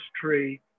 tree